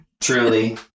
truly